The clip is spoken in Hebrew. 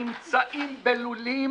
נמצאים בלולים